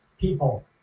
People